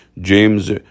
James